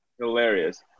Hilarious